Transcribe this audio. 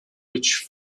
which